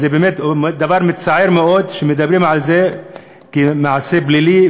זה באמת דבר מצער מאוד שמדברים על זה כמעשה פלילי,